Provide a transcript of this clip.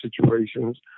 situations